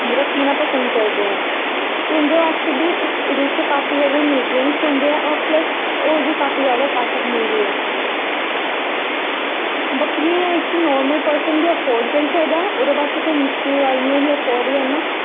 जेह्ड़ा पीना पसंद करदे ऐं ते उं'दे बास्तै बी इस एह्दे च काफी जादा न्यूट्रैंस होंदे ऐं होर प्लस होर बी काफी जादा ताकत मिलदी ऐ बक्करियें इक ते नार्मल पर्सन बी ऐफोर्ड करी सकदा ऐ ओह्दे बास्तै कोई मुश्कल गल्ल निं उसी ऐफोर्ड करना